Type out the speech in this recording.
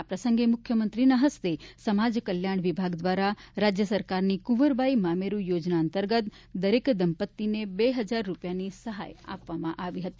આ પ્રસંગે મુખ્યમંત્રીના હસ્તે સમાજ કલ્યાણ વિભાગ દ્વારા રાજ્ય સરકારની કુંવરબાઈ મામેરૂ યોજના અંતર્ગત દરેક દંપત્તિને બે હજાર રૂપિયાની સહાય આપવામાં આવી હતી